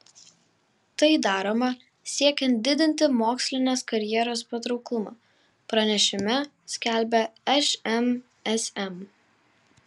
tai daroma siekiant didinti mokslinės karjeros patrauklumą pranešime skelbia šmsm